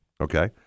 okay